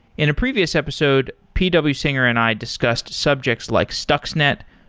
in a previous episode, p w. singer and i discussed subjects like stuxnet,